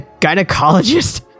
gynecologist